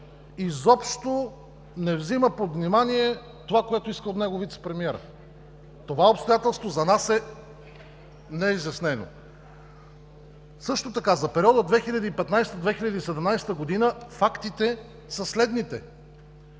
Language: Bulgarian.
изобщо не взима под внимание това, което иска от него вицепремиерът. Това обстоятелство за нас е неизяснено. Също така за периода 2015 – 2017 г. фактите са следните: